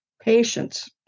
Patience